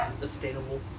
sustainable